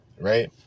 Right